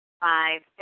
Five